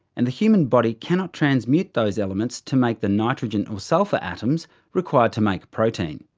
and the human body cannot transmute those elements to make the nitrogen or sulphur atoms required to make protein.